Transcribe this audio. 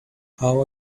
how